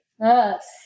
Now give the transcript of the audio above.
Yes